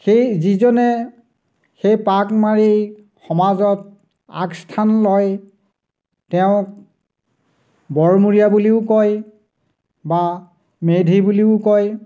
সেই যিজনে সেই পাক মাৰি সমাজত আগস্থান লয় তেওঁক বৰমূৰীয়া বুলিও কয় বা মেধি বুলিও কয়